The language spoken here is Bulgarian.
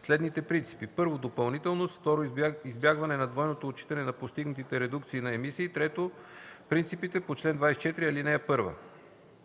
следните принципи: 1. допълнителност; 2. избягване на двойното отчитане на постигнатите редукции на емисии; 3. принципите по чл. 24, ал. 1.